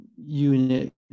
unit